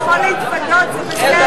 נתקבלו.